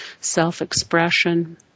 self-expression